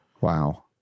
Wow